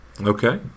Okay